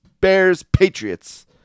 Bears-Patriots